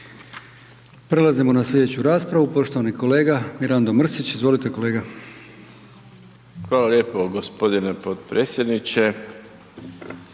Prelazimo na sljedeću raspravu, poštovani kolega Mirando Mrsić, izvolite kolega. **Mrsić, Mirando (Demokrati)**